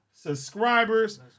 Subscribers